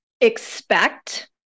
expect